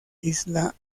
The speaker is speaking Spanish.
isla